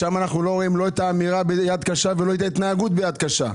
שם אנחנו לא רואים לא את האמירה "ביד קשה" ולא את ההתנהגות ביד קשה,